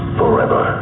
forever